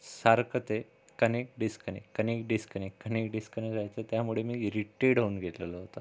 सारखं ते connect disconnect connect disconnect connect disconnect व्हायचं त्यामुळे मी इरिटेड होऊन गेलेलो होतो